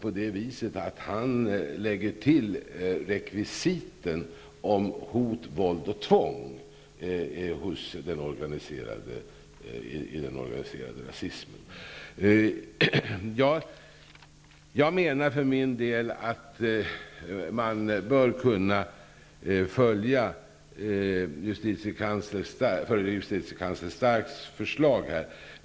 Hans Stark lägger i sitt förslag till rekvisiten hot, våld och tvång hos den organiserade rasismen. Jag menar att man bör kunna följa förre justitiekansler Hans Starks förslag.